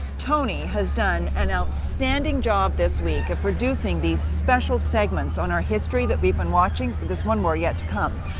tony has done an outstanding job this week of producing these special segments on our history that we've been watching there's one more yet to come.